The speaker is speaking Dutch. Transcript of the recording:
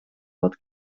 wat